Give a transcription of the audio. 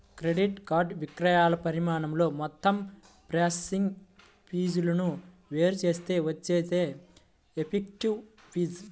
credit card విక్రయాల పరిమాణంతో మొత్తం ప్రాసెసింగ్ ఫీజులను వేరు చేస్తే వచ్చేదే ఎఫెక్టివ్ ఫీజు